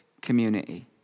community